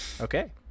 Okay